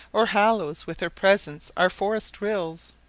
or hallows with her presence our forest-rills.